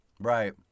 right